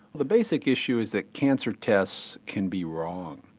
the basic issue is that cancer tests can be wrong.